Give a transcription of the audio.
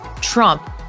Trump